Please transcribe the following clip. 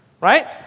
right